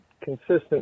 consistent